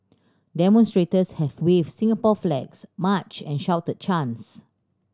demonstrators had waved Singapore flags marched and shouted chants